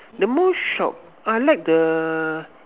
the most shocked I like the